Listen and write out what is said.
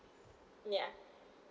ya